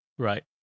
Right